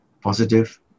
positive